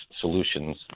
solutions